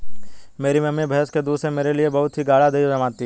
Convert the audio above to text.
मेरी मम्मी भैंस के दूध से मेरे लिए बहुत ही गाड़ा दही जमाती है